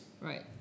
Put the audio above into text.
Right